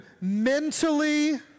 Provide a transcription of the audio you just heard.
mentally